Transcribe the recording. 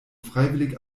freiwillig